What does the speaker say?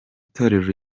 torero